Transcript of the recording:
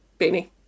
beanie